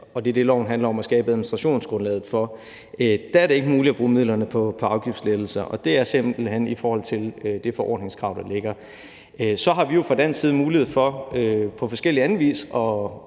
og det er det, loven handler om at skabe administrationsgrundlaget for – er det ikke muligt at bruge på afgiftslettelser, og det er simpelt hen ifølge det forordningskrav, der ligger. Vi har vi jo så fra dansk side mulighed for på forskellig anden vis at